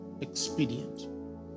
expedient